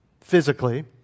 physically